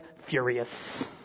furious